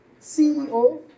CEO